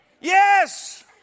Yes